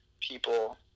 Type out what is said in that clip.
people